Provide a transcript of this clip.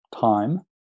time